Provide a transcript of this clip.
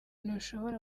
ntushobora